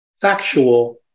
factual